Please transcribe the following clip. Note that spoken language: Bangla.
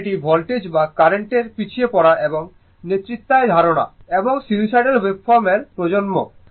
সুতরাং এটি ভোল্টেজ বা কার্রেন্টের পিছিয়ে পড়া এবং নেতৃস্থানীয় ধারণা এবং সিনুসোইডাল ওয়েভফর্মগুলির প্রজন্ম